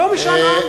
לא משאל עם.